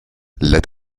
let